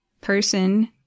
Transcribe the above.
Person